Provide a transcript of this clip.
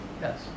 Yes